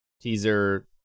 teaser